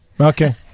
okay